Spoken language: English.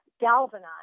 galvanized